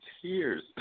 tears